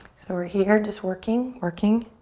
so we're here just working, working.